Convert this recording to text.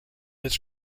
its